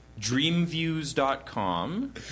Dreamviews.com